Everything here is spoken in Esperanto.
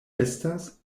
estas